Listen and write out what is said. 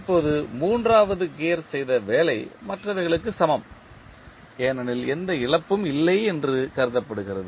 இப்போது மூன்றாவது கியர் செய்த வேலை மற்றவைகளுக்கு சமம் ஏனெனில் எந்த இழப்பும் இல்லை என்று கருதப்படுகிறது